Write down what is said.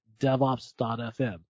DevOps.FM